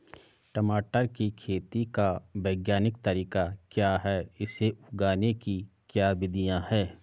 टमाटर की खेती का वैज्ञानिक तरीका क्या है इसे उगाने की क्या विधियाँ हैं?